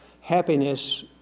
happiness